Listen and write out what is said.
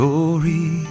Glory